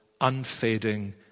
unfading